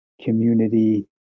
community